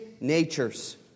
natures